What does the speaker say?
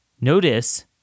Notice